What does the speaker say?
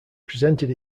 presented